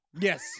Yes